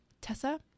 tessa